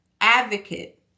advocate